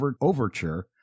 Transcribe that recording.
Overture